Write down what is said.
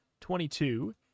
twenty-two